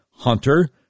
Hunter